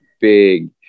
big